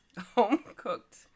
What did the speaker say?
home-cooked